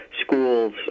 schools